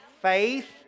Faith